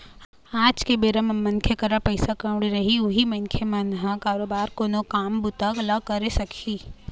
आज के बेरा म मनखे करा पइसा कउड़ी रही उहीं मनखे मन ह बरोबर कोनो काम बूता ल करे सकही